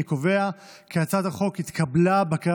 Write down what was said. אני קובע כי הצעת החוק התקבלה בקריאה